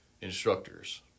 instructors